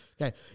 Okay